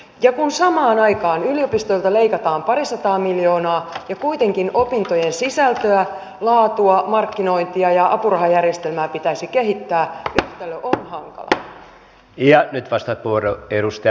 ja kun samaan aikaan yliopistoilta leikataan pari sataa miljoonaa ja kuitenkin opintojen sisältöä laatua markkinointia ja apurahajärjestelmää pitäisi kehittää yhtälö on hankala